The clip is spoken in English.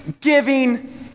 giving